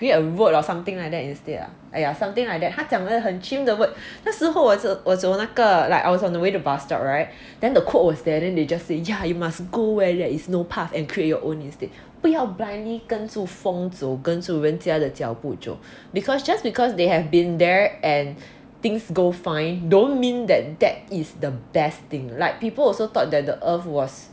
create a road or something like that instead ah !aiya! something like that 他讲得很 chim the word 那时候我走那个 like I was on the way to bus stop right then the quote was there then they just say yeah you must go where there is no path and create your own instead 不要 blindly 跟住风走跟住人家的脚步走 because just because they have been there and things go fine don't mean that that is the best thing like people also thought that the earth was